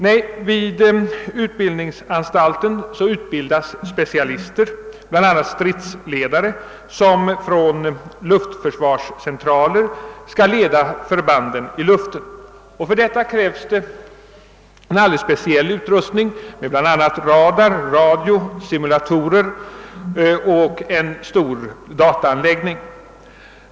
Nej, i utbildningsanstalten utbildas specialister, bl.a. stridsledare som från luftförsvarscentraler skall leda förbanden i luften, och härför krävs en alldeles speciell utrustning med bl.a. radar, radio, simulatorer och en stor dataanläggning.